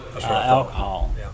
alcohol